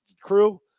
crew